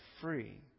free